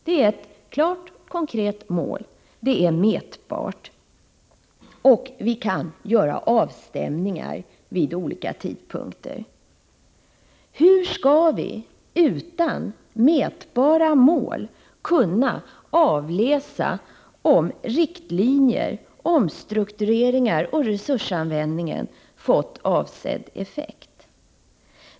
Det är ett klart och konkret mål, som är mätbart, och vi kan göra avstämningar vid olika tidpunkter. Hur skall vi utan mätbara mål kunna avläsa om riktlinjer, omstruktureringar och resursanvändning har fått avsedd effekt?